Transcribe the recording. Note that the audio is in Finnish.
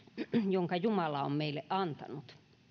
jonka jumala on meille antanut